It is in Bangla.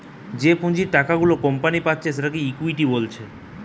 যে পুঁজির টাকা গুলা কোম্পানি পাচ্ছে সেটাকে ইকুইটি বলছে